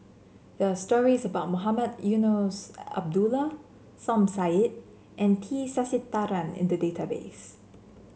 there are stories about Mohamed Eunos Abdullah Som Said and T Sasitharan in the database